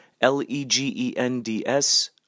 L-E-G-E-N-D-S